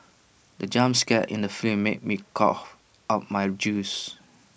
the jump scare in the film made me cough out my juice